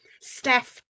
Steph